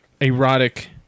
erotic